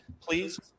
Please